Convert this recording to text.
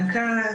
הנקה,